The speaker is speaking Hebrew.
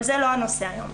אבל זה לא הנושא היום.